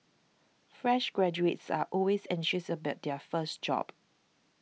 fresh graduates are always anxious about their first job